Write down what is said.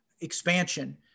expansion